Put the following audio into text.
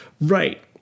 Right